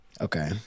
Okay